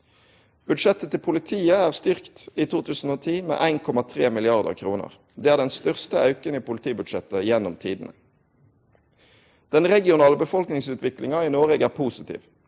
Budsjettet til politiet er i 2010 styrkt med 1,3 mrd. kr. Det er den største auken i politibudsjettet gjennom tidene. Den regionale befolkningsutviklinga i Noreg er positiv.